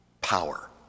Power